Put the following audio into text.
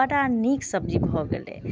बड़ा नीक सब्जी भऽ गेलै